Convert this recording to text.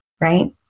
right